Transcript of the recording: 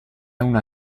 una